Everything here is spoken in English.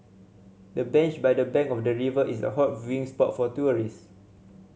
the bench by the bank of the river is a hot viewing spot for tourists